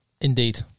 indeed